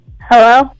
Hello